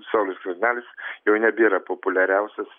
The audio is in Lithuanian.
saulius skvernelis jau nebėra populiariausias